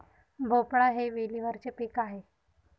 भोपळा हे वेलीवरचे पीक आहे